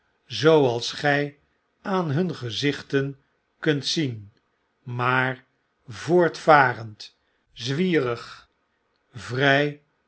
zooals g j aan hun gezichten kunt zien maar voortvarend zwierig